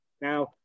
Now